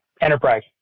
Enterprise